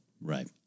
Right